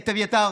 את אביתר?